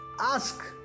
ask